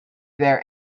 their